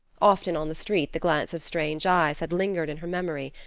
often on the street the glance of strange eyes had lingered in her memory,